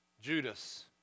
Judas